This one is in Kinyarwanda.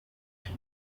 iki